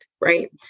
Right